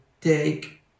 take